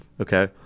Okay